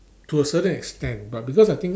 to a certain extent but because I think